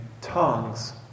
tongues